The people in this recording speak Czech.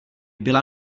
byla